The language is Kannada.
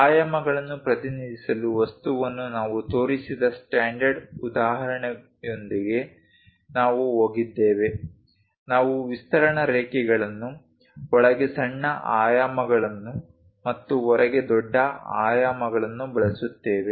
ಆಯಾಮಗಳನ್ನು ಪ್ರತಿನಿಧಿಸಲು ವಸ್ತುವನ್ನು ನಾವು ತೋರಿಸಿದ ಸ್ಟ್ಯಾಂಡರ್ಡ್ ಉದಾಹರಣೆಯೊಂದಿಗೆ ನಾವು ಹೋಗಿದ್ದೇವೆ ನಾವು ವಿಸ್ತರಣಾ ರೇಖೆಗಳನ್ನು ಒಳಗೆ ಸಣ್ಣ ಆಯಾಮಗಳನ್ನು ಮತ್ತು ಹೊರಗೆ ದೊಡ್ಡ ಆಯಾಮಗಳನ್ನು ಬಳಸುತ್ತೇವೆ